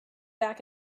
back